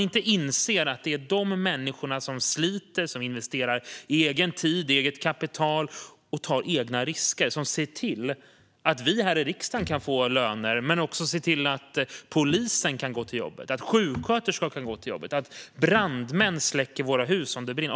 Det är människor som sliter, som investerar egen tid och eget kapital, som tar egna risker och som ser till att vi här i riksdagen kan få löner, att polisen och sjuksköterskan kan gå till jobbet och att brandmän släcker våra hus om det brinner.